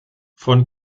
von